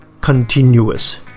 continuous